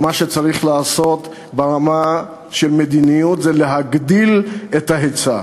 ומה שצריך לעשות ברמה של מדיניות זה להגדיל את ההיצע.